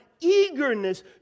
eagerness